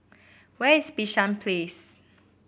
where is Bishan Place